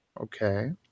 okay